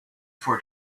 for